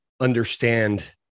understand